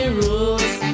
rules